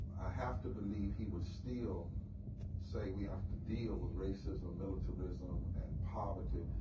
have to believe he would still say we have to deal with racism, militarism, and poverty,